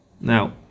Now